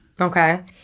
Okay